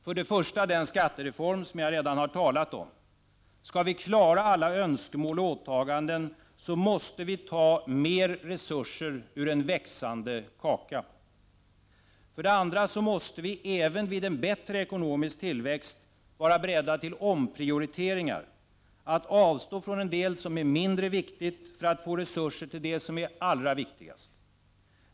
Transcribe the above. För det första behövs den skattereform jag redan har talat om. Skall vi klara alla önskemål och åtaganden måste mer resurser tas av en växande kaka. För det andra måste vi, även vid bättre ekonomisk tillväxt, vara beredda till omprioriteringar, att avstå från en del som är mindre viktig för att få resurser till det som är allra viktigast.